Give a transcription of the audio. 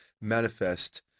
manifest